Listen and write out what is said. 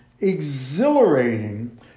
exhilarating